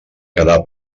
quedar